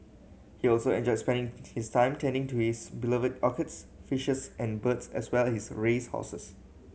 he also enjoyed spending his time tending to his beloved orchids fishes and birds as well as his race horses